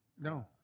No